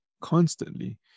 constantly